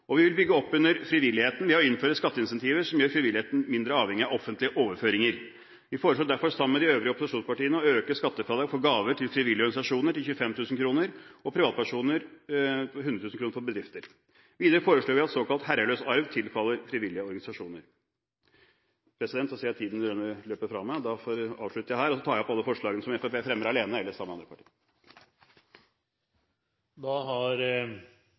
år. Vi vil bygge opp under frivilligheten ved å innføre skatteincentiver som gjør frivilligheten mindre avhengig av offentlige overføringer. Vi foreslår derfor sammen med de øvrige opposisjonspartiene å øke skattefradrag for gaver til frivillige organisasjoner til 25 000 kr for privatpersoner og 100 000 kr for bedrifter. Videre foreslår vi at såkalt herreløs arv tilfaller frivillige organisasjoner. Jeg ser at tiden løper fra meg. Da avslutter jeg her og tar opp alle forslagene som Fremskrittspartiet fremmer alene eller sammen med andre. Representanten Tybring-Gjedde har